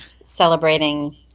Celebrating